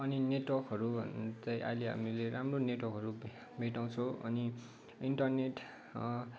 अनि नेटवर्कहरू चाहिँ अहिले हामीले राम्रो नेटवर्कहरू भेटाउँछौँ अनि इन्टरनेट